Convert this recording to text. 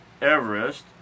Everest